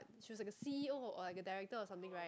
she was like a c_e_o or the director or something right